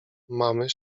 mamy